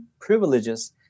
privileges